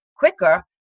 quicker